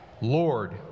Lord